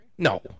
No